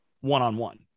one-on-one